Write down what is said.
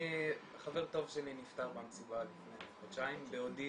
חבר טוב שלי נפטר במסיבה לפני חודשיים, בעודי